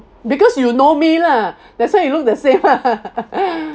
because you know me lah that's why I look the same lah